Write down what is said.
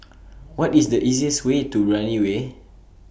What IS The easiest Way to Brani Way